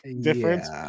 difference